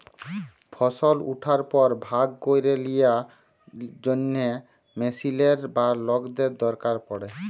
ফসল উঠার পর ভাগ ক্যইরে লিয়ার জ্যনহে মেশিলের বা লকদের দরকার পড়ে